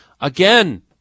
Again